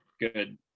good